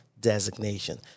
Designation